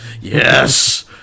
Yes